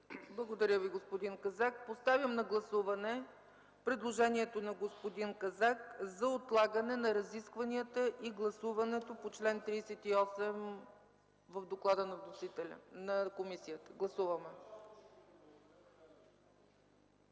Благодаря Ви, господин Казак. Поставям на гласуване предложението на господин Казак за отлагане на разискванията и гласуването по чл. 38 в доклада на комисията. Гласували